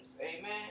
Amen